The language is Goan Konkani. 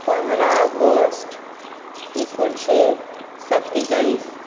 पंदरा ऑगस्ट एकोणीशें सत्तेचाळीस